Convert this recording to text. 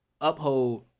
Uphold